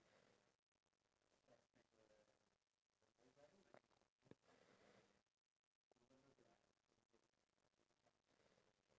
I also got inspired to go to verona in italy because one of my favourite movies they actually film them there and I like the architecture